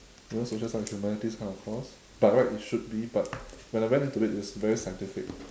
you know social science humanities kind of course by right it should be but when I went into it it's very scientific